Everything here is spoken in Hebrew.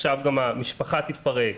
עכשיו גם המשפחה תתפרק,